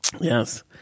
Yes